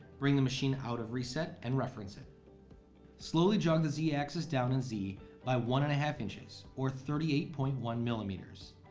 bring the machine out of reset, and reference it slowly jog the z-axis down in z by one-and-a-half inches, or thirty eight point one millimeters,